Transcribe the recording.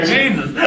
Jesus